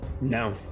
no